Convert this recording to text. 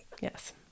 Yes